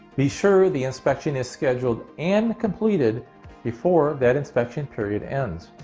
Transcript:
be sure the inspection is scheduled and completed before that inspection period ends.